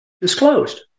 disclosed